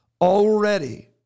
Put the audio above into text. already